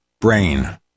brain